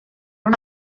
una